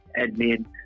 admin